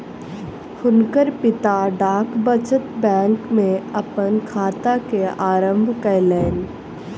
हुनकर पिता डाक बचत बैंक में अपन खाता के आरम्भ कयलैन